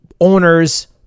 owners